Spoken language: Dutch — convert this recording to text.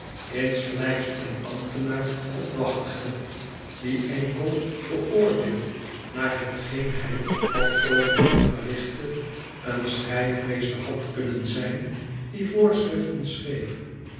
een ambtenaar op wachtgeld die enkel beoordeeld naar hetgeen hij op dat oogenblik verrichtte een schrijfmeester had kunnen zijn die voorschriften schreef